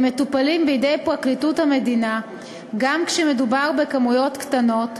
הם מטופלים בידי פרקליטות המדינה גם כשמדובר בכמויות קטנות,